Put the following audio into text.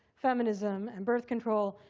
feminism, and birth control.